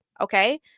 okay